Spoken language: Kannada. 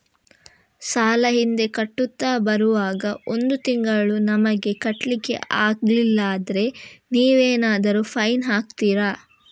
ಸಾಲ ಹಿಂದೆ ಕಟ್ಟುತ್ತಾ ಬರುವಾಗ ಒಂದು ತಿಂಗಳು ನಮಗೆ ಕಟ್ಲಿಕ್ಕೆ ಅಗ್ಲಿಲ್ಲಾದ್ರೆ ನೀವೇನಾದರೂ ಫೈನ್ ಹಾಕ್ತೀರಾ?